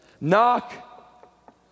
Knock